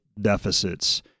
deficits